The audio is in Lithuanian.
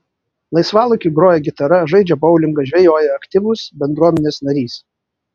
laisvalaikiu groja gitara žaidžia boulingą žvejoja aktyvus bendruomenės narys